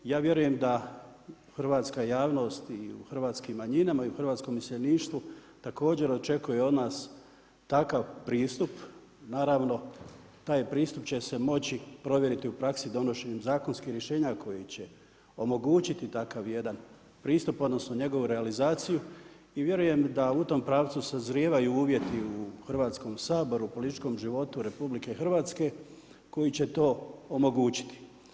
Ja vjerujem da hrvatska javnost i hrvatske manjine i hrvatsko iseljeništvo, također očekuje od nas takav pristup, naravno, taj pristup će se moći provjeriti u praksi donošenjem zakonskih rješenja koji omogućiti takav jedna pristup odnosno njegovu realizaciju i vjerujem da u tom pravcu sazrijevaju uvjeti u Hrvatskom saboru, političkom životu RH koji će to omogućiti.